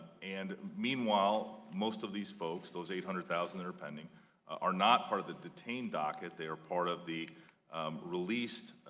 and meanwhile, most of these folks those eight hundred thousand that are pending not part of the detained docket, they are part of the released